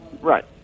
right